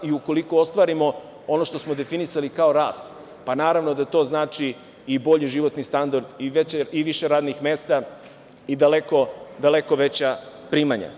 Ukoliko ostvarimo ono što smo definisali kao rast, pa naravno da to znači i bolji životni standard i više radnih mesta i daleko veća primanja.